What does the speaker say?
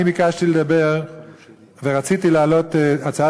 אני ביקשתי לדבר ורציתי להעלות הצעה